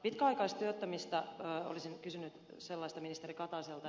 pitkäaikaistyöttömistä olisin kysynyt ministeri kataiselta